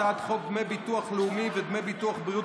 הצעת חוק דמי ביטוח לאומי ודמי ביטוח בריאות